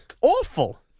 Awful